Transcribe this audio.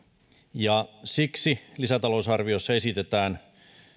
ja siksi lisäta lousarviossa esitetään